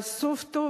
אבל סוף טוב